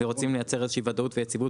ורוצים לייצר איזו שהיא ודאות ויציבות